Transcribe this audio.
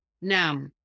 Now